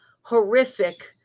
horrific